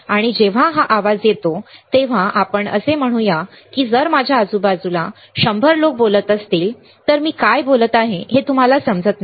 आणि जेव्हा हा आवाज येतो तेव्हा आपण असे म्हणूया की जर माझ्या आजूबाजूला 100 लोक बोलत असतील तर मी काय बोलत आहे हे तुम्हाला समजत नाही